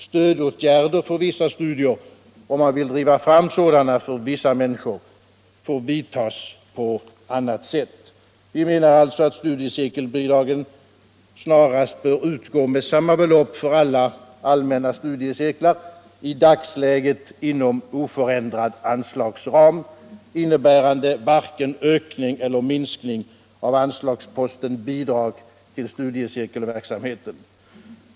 Stödåtgärder för vissa studier — om man vill driva fram sådana för vissa människor — får vidtas på annat sätt. Vi menar alltså att studiecirkelbidragen snarast bör utgå med samma belopp för alla allmänna studiecirklar i dagsläget inom oförändrad anslagsram, innebärande varken ökning eller minskning av anslagsposten Bidrag till studiecirkelverksamheten.